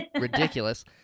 Ridiculous